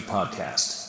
podcast